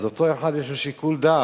אז אותו אחד, יש לו שיקול דעת,